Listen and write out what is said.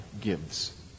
gives